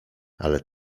ale